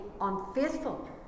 unfaithful